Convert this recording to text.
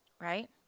Right